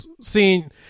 seeing